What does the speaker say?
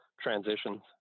transitions